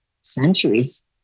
centuries